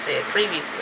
previously